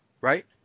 right